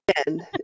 again